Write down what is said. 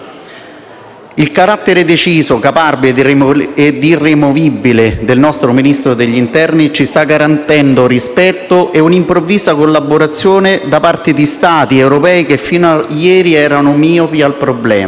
Il carattere deciso, caparbio e irremovibile del nostro Ministro dell'interno ci sta garantendo rispetto e un'improvvisa collaborazione da parte di Stati europei che fino a ieri erano miopi al problema.